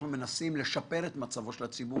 אנחנו מנסים לשפר את מצבו של הציבור,